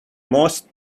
most